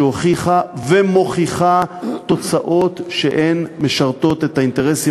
שהוכיחה ומוכיחה תוצאות שמשרתות את האינטרסים